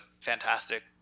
fantastic